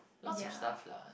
ya